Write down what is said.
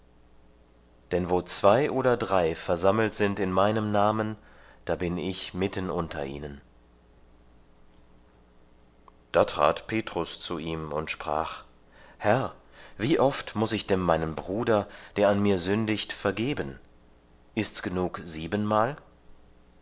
denn wo zwei oder drei versammelt sind in meinem namen da bin ich mitten unter ihnen da trat petrus zu ihm und sprach herr wie oft muß ich denn meinem bruder der an mir sündigt vergeben ist's genug siebenmal